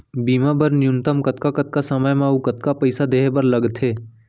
बीमा बर न्यूनतम कतका कतका समय मा अऊ कतका पइसा देहे बर लगथे